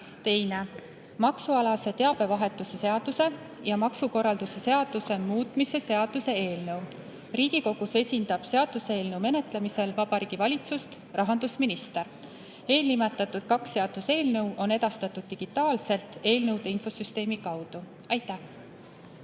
Teine, maksualase teabevahetuse seaduse ja maksukorralduse seaduse muutmise seaduse eelnõu. Riigikogus esindab seaduseelnõu menetlemisel Vabariigi Valitsust rahandusminister. Eelnimetatud kaks seaduseelnõu on edastatud digitaalselt eelnõude infosüsteemi kaudu. Aitäh!